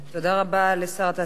תודה רבה לשר התעשייה,